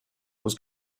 was